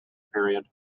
period